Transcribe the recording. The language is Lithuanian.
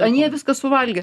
anie viską suvalgė